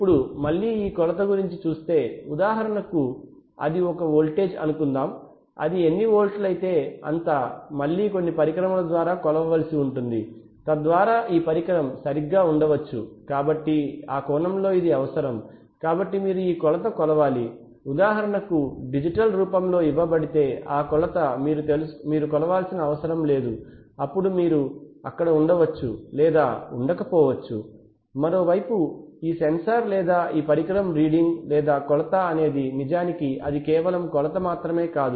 ఇప్పుడు మళ్ళీ ఈ కొలత గురించి చూస్తే ఉదాహరణకు అది ఒక వోల్టేజ్ అని అనుకుందాం అది ఎన్ని వోల్ట్లైతే అంత మళ్ళీ కొన్ని పరికరముల ద్వారా కొలవవలసి ఉంటుంది తద్వారా ఈ పరికరం సరిగ్గా ఉండవచ్చు కాబట్టి ఆ కోణంలో ఇది అవసరం కాబట్టి మీరు ఈ కొలత కొలవాలి ఉదాహరణకు డిజిటల్ రూపంలో ఇవ్వబడితే ఆ కొలత మీరు కొలవాల్సిన అవసరం లేదు అప్పుడు మీరు అక్కడ ఉండవచ్చు లేదా ఉండకపోవచ్చు మరోవైపు ఈ సెన్సార్ లేదా ఈ పరికరం రీడింగ్ లేదా కొలత అనేది నిజానికి అది కేవలం కొలత మాత్రమే కాదు